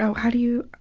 how how do you?